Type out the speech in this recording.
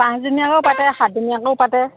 পাঁচদিনীয়াকৈও পাতে সাতদিনীয়াকৈও পাতে